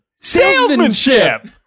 Salesmanship